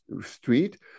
street